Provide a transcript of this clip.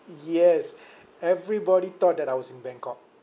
yes everybody thought that I was in bangkok